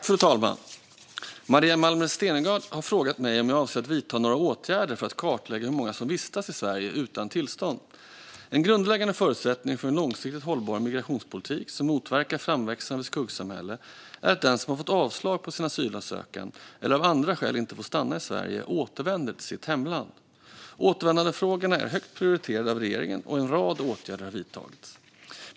Fru talman! har frågat mig om jag avser att vidta några åtgärder för att kartlägga hur många som vistas i Sverige utan tillstånd. En grundläggande förutsättning för en långsiktigt hållbar migrationspolitik som motverkar framväxten av ett skuggsamhälle är att den som har fått avslag på sin asylansökan eller av andra skäl inte får stanna i Sverige återvänder till sitt hemland. Återvändandefrågorna är högt prioriterade av regeringen, och en rad åtgärder har vidtagits.